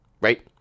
Right